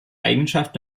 eigenschaft